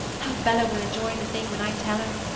how bella will enjoy the thing when i tell her!